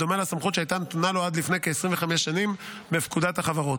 בדומה לסמכות שהייתה נתונה לו עד לפני כ-25 שנים בפקודת החברות.